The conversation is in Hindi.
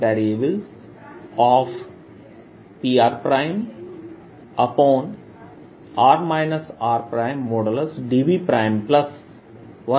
r r